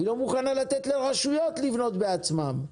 היא לא מוכנה לתת לרשויות לבנות בעצמן.